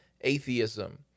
atheism